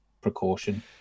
precaution